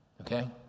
Okay